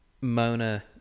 Mona